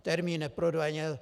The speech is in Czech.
Termín: neprodleně.